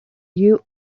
you